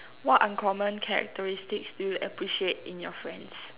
what uncommon characteristics do you appreciate in your friends